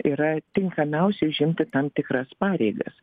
yra tinkamiausi užimti tam tikras pareigas